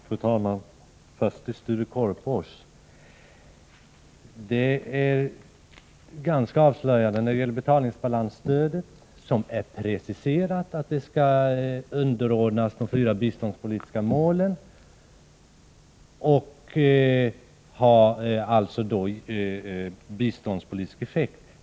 Fru talman! Först några ord till Sture Korpås. Det är ganska avslöjande att ni har gått emot och inte accepterat betalningsbalansstödet — detta stöd som är underordnat de fyra biståndspolitiska målen och alltså skall ha biståndspolitisk effekt.